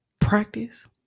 Practice